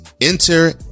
Enter